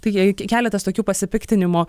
tai jei keletas tokių pasipiktinimo